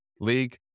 league